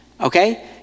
Okay